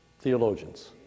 theologians